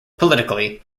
politically